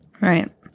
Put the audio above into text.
right